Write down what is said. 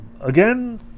Again